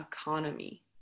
economy